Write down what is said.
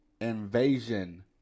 invasion